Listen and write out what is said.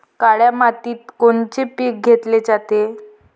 काळ्या मातीत कोनचे पिकं घेतले जाते?